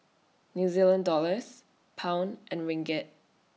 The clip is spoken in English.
New Zealand Dollars Pound and Ringgit